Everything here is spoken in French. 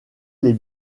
les